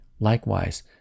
Likewise